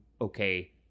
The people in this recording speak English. okay